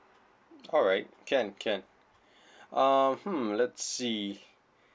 alright can can uh hmm let's see